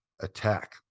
attack